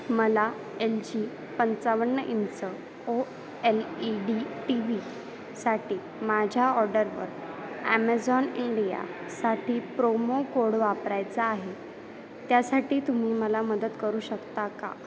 मला L G पंचावन्न inch O L E D T व्हीसाठी माझ्या ऑर्डरवर ॲमेझॉन इंडियासाठी प्रोमो कोड वापरायचा आहे त्यासाठी तुम्ही मला मदत करू शकता का